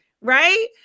right